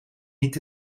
niet